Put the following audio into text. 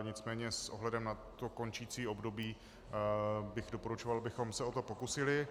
Nicméně s ohledem na končící období bych doporučoval, abychom se o to pokusili.